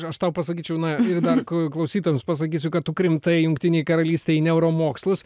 aš tau pasakyčiau na ir dar ku klausytojams pasakysiu kad tu krimtai jungtinėj karalystėj neuromokslus